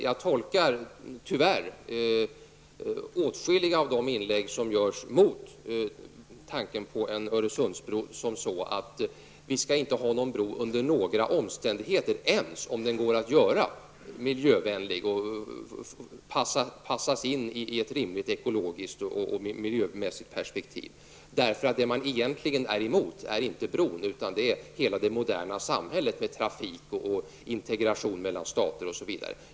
Jag tolkar tyvärr åtskilliga av de inlägg som görs mot tanken på en Öresundsbro som så, att vi inte skall ha någon bro under några omständigheter, inte ens om den går att göra miljövänlig och passas in i ett rimligt ekologiskt och miljömässigt perspektiv. För vad man egentligen är emot är inte bron, utan hela det moderna samhället med trafik, integration mellan stater osv.